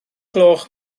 gloch